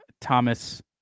Thomas